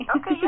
Okay